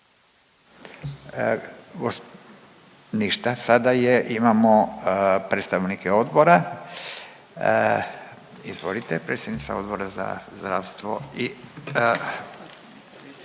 ništa, sada je, imamo predstavnike odbora, izvolite, predsjednica Odbora za zdravstvo